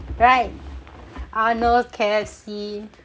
right arnold's K_F_C